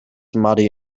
muddy